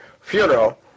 funeral